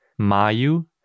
Mayu